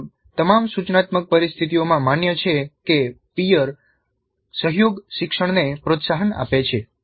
તે લગભગ તમામ સૂચનાત્મક પરિસ્થિતિઓમાં માન્ય છે કે પીઅર સહયોગ શિક્ષણને પ્રોત્સાહન આપે છે